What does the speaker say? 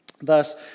Thus